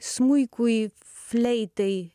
smuikui fleitai